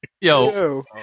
Yo